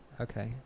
Okay